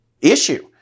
issue